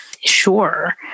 Sure